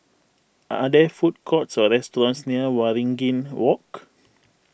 are there food courts or restaurants near Waringin Walk